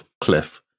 cliff